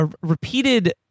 repeated